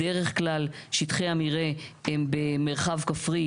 בדרך כלל שטחי המרעה הם במרחב כפרי